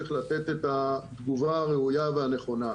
צריך לתת את התגובה הראויה והנכונה.